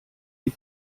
die